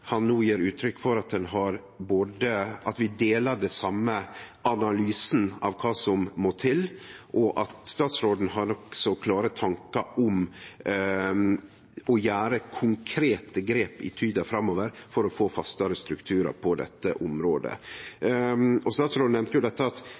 han no gjev uttrykk for at vi deler den same analysen av kva som må til, og at statsråden har nokså klare tankar om å gjere konkrete grep i tida framover for å få fastare strukturar på dette området.